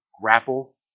grapple